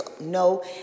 No